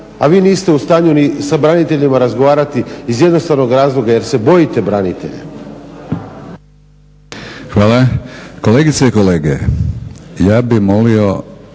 A vi niste u stanju ni sa braniteljima razgovarati iz jednostavnoga razloga jer se bojite branitelja. **Batinić, Milorad (HNS)** Hvala. Kolegice i kolege ja bih molio